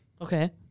Okay